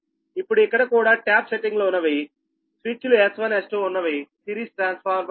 ఇప్పుడు ఇక్కడ కూడా ట్యాప్ సెట్టింగ్ లు ఉన్నవిస్విచ్ లు S1 S2 ఉన్నవి సిరీస్ ట్రాన్స్ఫార్మర్ వుంది